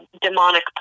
demonic